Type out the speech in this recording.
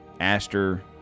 Aster